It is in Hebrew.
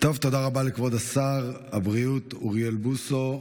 תודה רבה לכבוד שר הבריאות אוריאל בוסו.